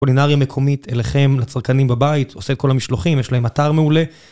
קולינריה מקומית אליכם, לצרכנים בבית, עושה את כל המשלוחים, יש להם אתר מעולה.